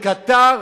לקטאר,